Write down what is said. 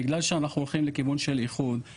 בגלל שאני אומר שאנחנו הולכים לכיוון של איחוד,